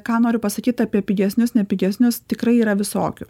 ką noriu pasakyt apie pigesnius nepigesnius tikrai yra visokių